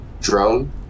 drone